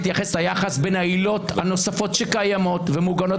ליחס בין העילות הנוספות שקיימות ומוגנות